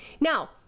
Now